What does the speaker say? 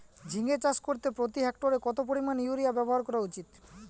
ঝিঙে চাষ করতে প্রতি হেক্টরে কত পরিমান ইউরিয়া ব্যবহার করা উচিৎ?